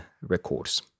records